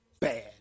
bad